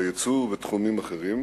ביצוא ובתחומים אחרים.